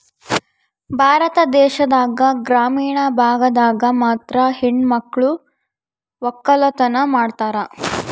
ಭಾರತ ದೇಶದಾಗ ಗ್ರಾಮೀಣ ಭಾಗದಾಗ ಮಾತ್ರ ಹೆಣಮಕ್ಳು ವಕ್ಕಲತನ ಮಾಡ್ತಾರ